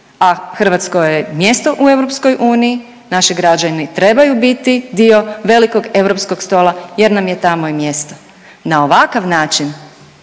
a Hrvatskoj je mjesto u EU, naši građani trebaju biti dio velikog europskog stola jer nam je tamo i mjesto. Na ovakav način